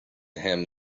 him